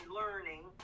learning